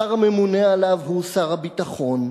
השר הממונה עליו הוא שר הביטחון.